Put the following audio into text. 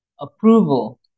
Approval